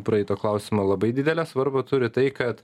praeito klausimo labai didelę svarbą turi tai kad